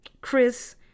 Chris